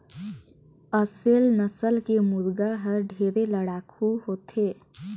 असेल नसल के मुरगा हर ढेरे लड़ाकू होथे